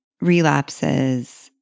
relapses